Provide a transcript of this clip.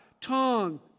tongue